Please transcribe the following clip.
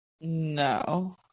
No